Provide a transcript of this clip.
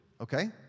Okay